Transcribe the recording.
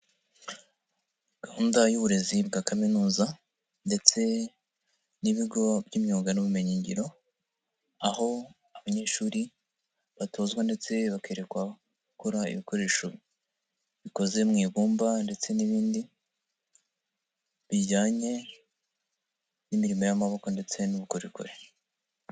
Gahunda y'uburezi bwa kaminuza ndetse n'ibigo by'imyuga n'ubumenyi ngiro aho abanyeshuri batozwa ndetse bakerekwa gukora ibikoresho bikoze mu ibumba ndetse n'ibindi bijyanye n'imirimo y'amaboko ndetse n'ubukorikori.